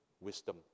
wisdom